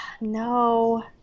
No